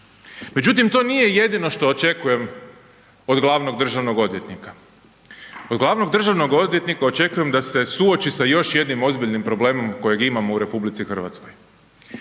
Međutim, to nije jedino što očekujem od glavnog državnog odvjetnika. Od glavnog državnog odvjetnika očekujem da se suoči sa još jednim ozbiljnim problemom kojeg imamo u RH, a to